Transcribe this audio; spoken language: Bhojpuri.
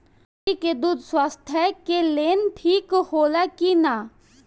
बकरी के दूध स्वास्थ्य के लेल ठीक होला कि ना?